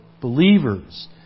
Believers